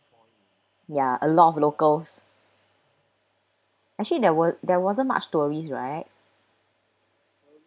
ya a lot of locals actually there weren't there wasn't much tourist right